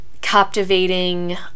captivating